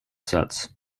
sets